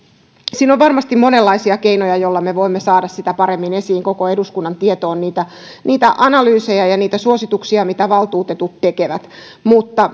siinä on varmasti monenlaisia keinoja joilla me voimme saada paremmin esiin ja koko eduskunnan tietoon niitä niitä analyysejä ja niitä suosituksia mitä valtuutetut tekevät mutta